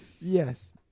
Yes